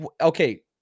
Okay